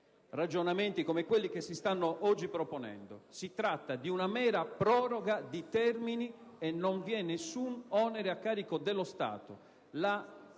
ragionamenti come quelli che si stanno oggi proponendo. Si tratta di una mera proroga di termini e non vi è nessun onere a carico dello Stato.